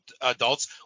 adults